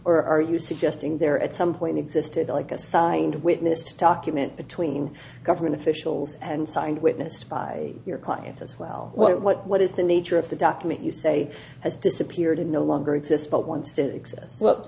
or are you suggesting there at some point existed like a signed witnessed document between government officials and signed witnessed by your client as well what is the nature of the document you say has disappeared and no longer exists but wants to access what